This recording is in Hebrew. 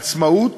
עצמאות